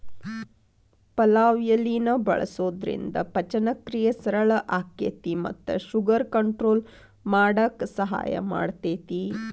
ಪಲಾವ್ ಎಲಿನ ಬಳಸೋದ್ರಿಂದ ಪಚನಕ್ರಿಯೆ ಸರಳ ಆಕ್ಕೆತಿ ಮತ್ತ ಶುಗರ್ ಕಂಟ್ರೋಲ್ ಮಾಡಕ್ ಸಹಾಯ ಮಾಡ್ತೆತಿ